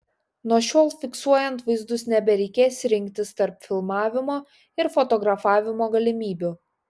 nuo šiol fiksuojant vaizdus nebereikės rinktis tarp filmavimo ir fotografavimo galimybių